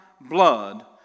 blood